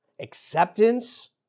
acceptance